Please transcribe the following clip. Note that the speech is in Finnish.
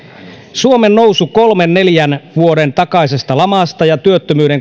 suomen nousu kolmen neljän vuoden takaisesta lamasta ja työttömyyden